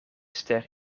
ster